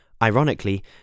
Ironically